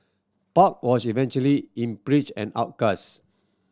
park was eventually impeached and